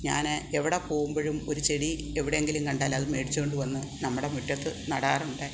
ഞാൻ എവിടെ പോകുമ്പോഴും ഒരു ചെടി എവിടെയെങ്കിലും കണ്ടാൽ അത് മേടിച്ചോണ്ടുവന്ന് നമ്മുടെ മുറ്റത്ത് നടാറുണ്ട്